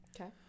Okay